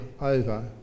over